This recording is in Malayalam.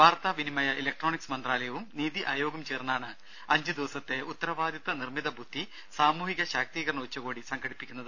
വാർത്താ വിനിമയ ഇലക്ട്രോണിക്സ് മന്ത്രാലയവും നിതി ആയോഗും ചേർന്നാണ് അഞ്ച് ദിവസത്തെ ഉത്തരവാദിത്ത നിർമ്മിത ബുദ്ധി സാമൂഹിക ശാക്തീകരണ ഉച്ചകോടി സംഘടിപ്പിക്കുന്നത്